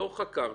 לא חקרתם,